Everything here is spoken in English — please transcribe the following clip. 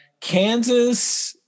Kansas